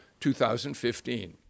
2015